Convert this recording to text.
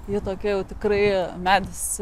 ji tokia jau tikrai medis